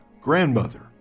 grandmother